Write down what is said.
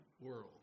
world